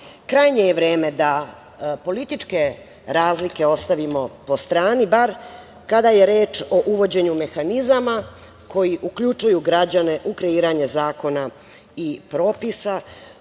je vreme da političke razlike ostavimo po strani, bar kada je reč o uvođenju mehanizama, koji uključuju građane u kreiranje zakona i propisa,